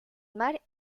mar